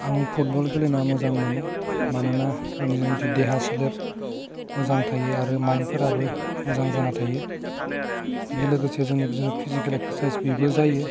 आं फुटबल गेलेना मोजां मोनो मानोना जोंनि जेनोखि देहा सोलेर मोजां थायो आरो माइनफोराबो मोजां जाना थायो बिजों लोगोसे जोंनि बिजो फिजिकेल एक्सरसाइज बेबो जायो